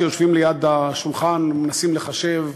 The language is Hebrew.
כשיושבים ליד השולחן ומנסים לחשב,